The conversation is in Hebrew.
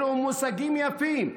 אלה מושגים יפים,